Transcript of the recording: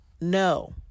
No